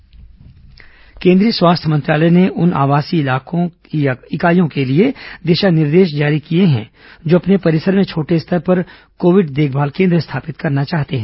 स्वास्थ्य मंत्रालय दिशा निर्देश केंद्रीय स्वास्थ्य मंत्रालय ने उन आवासीय इकाइयों के लिए दिशा निर्देश जारी किये हैं जो अपने परिसर में छोटे स्तर पर कोविड देखभाल केन्द्र स्थापित करना चाहते हैं